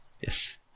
Yes